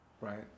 right